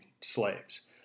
slaves